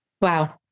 Wow